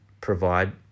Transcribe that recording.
provide